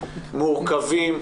מורכבים,